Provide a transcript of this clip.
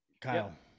Kyle